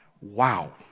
wow